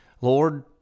Lord